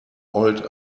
old